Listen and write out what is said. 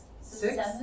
Six